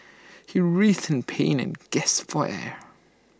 he writhed in pain and gasped for air